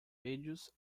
vídeos